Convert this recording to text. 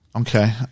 Okay